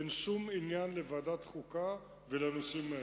אין שום עניין לוועדת חוקה ולנושאים האלה.